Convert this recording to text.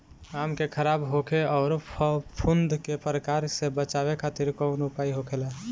आम के खराब होखे अउर फफूद के प्रभाव से बचावे खातिर कउन उपाय होखेला?